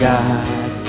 God